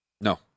No